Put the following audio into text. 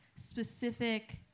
specific